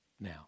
Now